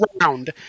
round